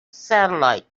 satellite